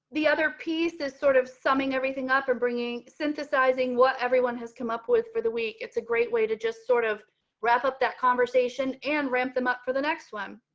the other piece is sort of summing everything up and bringing synthesizing what everyone has come up with for the week. it's a great way to just sort of wrap up that conversation and ramp them up for the next one.